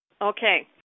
Okay